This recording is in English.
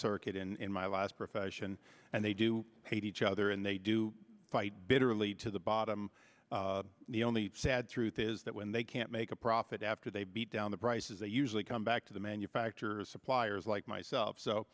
circuit in my last profession and they do hate each other and they do fight bitterly to the bottom the only sad truth is that when they can't make a profit after they beat down the prices they usually come back to the manufacturers suppliers like myself so